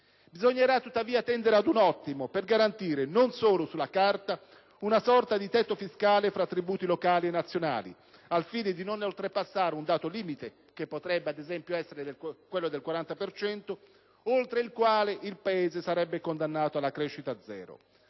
Bisognerà tendere ad un ottimo per garantire, non solo sulla carta, una sorta di tetto fiscale tra tributi locali e nazionali, al fine di non oltrepassare un dato limite (che potrebbe essere, ad esempio, quello del 40 per cento), oltre il quale il Paese sarebbe condannato alla crescita zero.